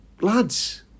lads